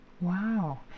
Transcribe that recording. Wow